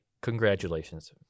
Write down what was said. congratulations